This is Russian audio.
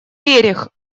рерих